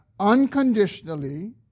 unconditionally